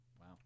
wow